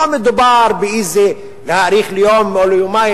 לא מדובר בלהאריך ליום או ליומיים,